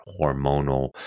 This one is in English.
hormonal